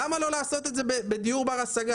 למה לא לעשות את זה בדיור בר השגה?